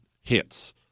hits